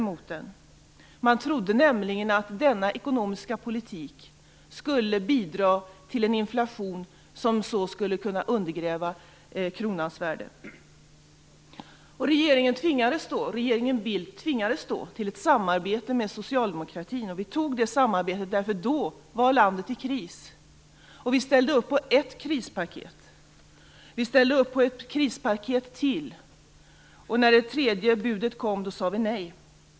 Man trodde nämligen att denna ekonomiska politik skulle bidra till en inflation som skulle kunna undergräva kronans värde. Regeringen Bildt tvingades till ett samarbete med socialdemokratin. Vi accepterade det därför att landet då var i kris. Vi ställde upp på ett krispaket. Vi ställde upp på ett krispaket till. När det tredje budet kom sade vi nej.